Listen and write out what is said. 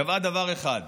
קבעה דבר אחד: